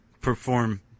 perform